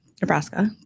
Nebraska